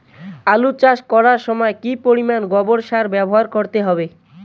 আলু চাষ করার সময় কি পরিমাণ গোবর সার ব্যবহার করতে হবে?